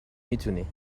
میتونی